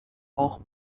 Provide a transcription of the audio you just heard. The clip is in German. auch